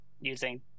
using